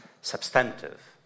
substantive